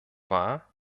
war